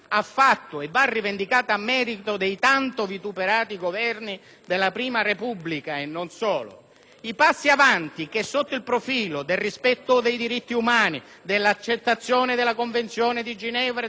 i passi avanti che sotto il profilo del rispetto dei diritti umani, dell'accettazione della Convenzione di Ginevra e delle convenzioni internazionali e dell'integrazione del rapporto bilaterale fra l'Unione europea